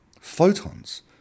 Photons